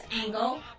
angle